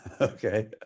Okay